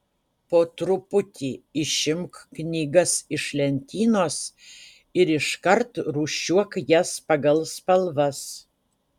po truputį išimk knygas iš lentynos ir iškart rūšiuok jas pagal spalvas